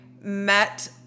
met